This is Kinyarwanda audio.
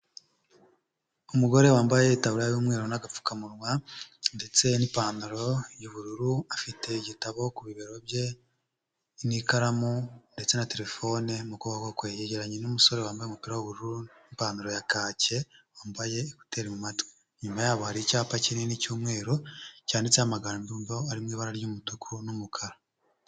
Umugore wambaye itaburiya y'umweru n'agapfukamunwa ndetse n'ipantaro y'ubururu afite igitabo ku bibero bye n'ikaramu ndetse na terefone mu kuboko kwe yegeranye n'umusore wambaye umupira w'ubururu n'ipantaro ya kake wambaye kuteri mumatwi inyuma yabo hari icyapa kinini cy'umweru cyanditseho amagambo ari mu ibara ry'umutuku n'umukara.